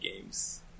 games